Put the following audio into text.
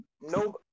No